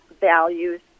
values